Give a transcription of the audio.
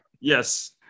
Yes